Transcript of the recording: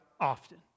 often